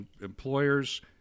employers